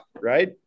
right